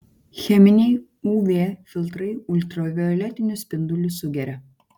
cheminiai uv filtrai ultravioletinius spindulius sugeria